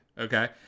Okay